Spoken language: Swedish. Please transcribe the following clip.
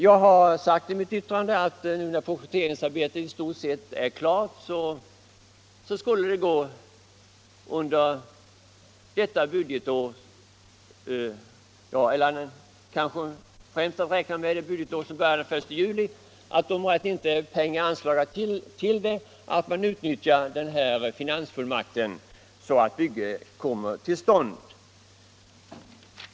Jag har sagt i mitt yttrande att det, eftersom projekteringsarbetet i stort sett är klart, bör vara möjligt att påbörja byggnadsverksamheten under innevarande år samt att, om det inte finns pengar till bygget, detta bör kunna komma till stånd med utnyttjande av den finansfullmakt som riksdagen lämnat regeringen.